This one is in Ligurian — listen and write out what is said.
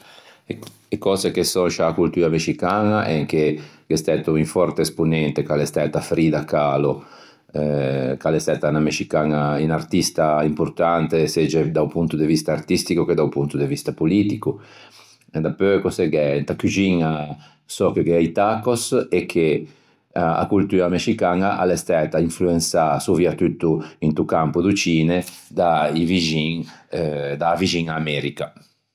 E cöse che sò in sciâ coltua mescicaña èn che gh'é stæto un forte esponente ch'a l'é stæta Frida Kahlo eh ch'a l'é stæta unna mescicaña unn'artista importante segge da-o ponto de vista artistico che da-o ponto de vista politico. E dapeu inta cuxiña sò che gh'é i tacos e che a coltua mescicaña a l'é stæta influensâ soviatutto into campo do cine da-i vixin, da-a vixiña America.